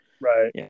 Right